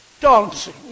dancing